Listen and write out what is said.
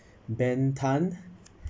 ben tan